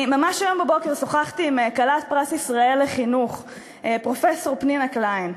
ממש הבוקר שוחחתי עם כלת פרס ישראל לחינוך פרופסור רינה קליין,